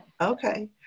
Okay